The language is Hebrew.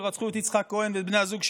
כשרצחו את יצחק כהן ואת בני הזוג שמש,